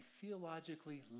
theologically